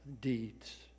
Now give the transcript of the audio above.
deeds